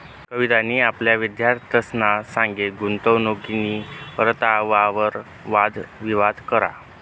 कवितानी आपला विद्यार्थ्यंसना संगे गुंतवणूकनी परतावावर वाद विवाद करा